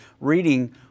Reading